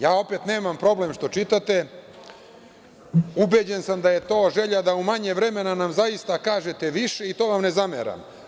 Ja opet nemam problem što čitate, ubeđen sam da je to želja da u manje vremena nam zaista kažete više i to vam ne zameram.